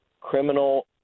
criminal